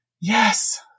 yes